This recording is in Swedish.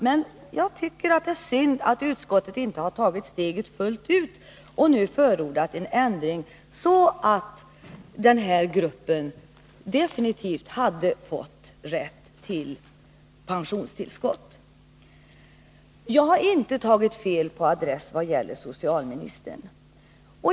Men jag tycker att det är synd att utskottet inte har tagit steget fullt ut och förordat en ändring så att denna grupp definitivt hade fått rätt till pensionstillskott. Jag har inte tagit fel på adress vad gäller socialministern.